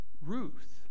Ruth